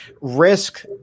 risk